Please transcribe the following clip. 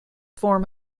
form